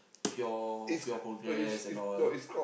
pure pure progress and all